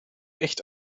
echt